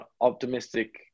optimistic